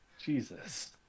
Jesus